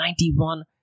$91